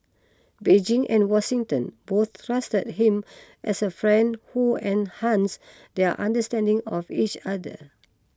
Beijing and Washington both trusted him as a friend who enhanced their understanding of each other